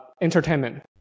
entertainment